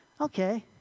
Okay